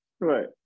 Right